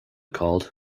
called